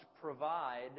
provide